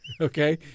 Okay